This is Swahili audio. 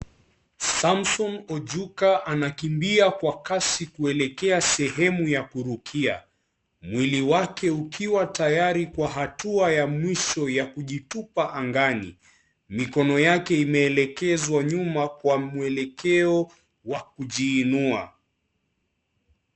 Samson Ochuka anakimbia kwa kasi kuelekea sehemu ya kurukia, mwili wake ukiwa tayari kwa hatua ya mwisho ya kujitupa angani mikono yake imeelekezwa nyuma kwa mwelekeo wa kujiinua.